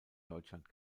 deutschland